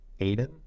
Aiden